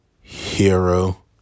Hero